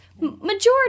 majority